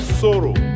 sorrow